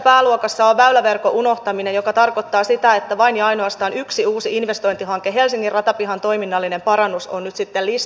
pitää aina muistaa että jos kriisiaika iskee tähän maahan tai maailmaan niin silloin se naapurin apu yhteistyöapu yhteistyökumppaneilta ei välttämättä ole itsestäänselvyys